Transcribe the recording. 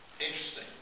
interesting